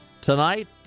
Tonight